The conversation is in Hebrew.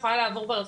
נוכל לזהות,